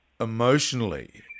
emotionally